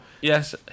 Yes